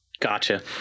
Gotcha